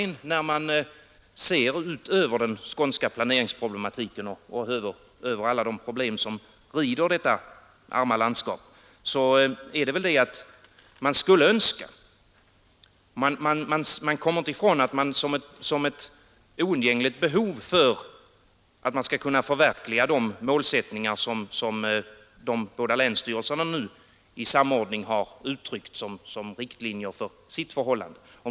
När jag ser ut över den skånska planeringsproblematiken och över alla de svårigheter som rider detta arma landskap kommer jag ständigt att tänka på vad som är den oundgängliga förutsättningen för ett förverkligande av de målsättningar som de båda länsstyrelserna nu samordnat har uttryckt som riktlinjer för sitt agerande.